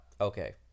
okay